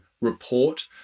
report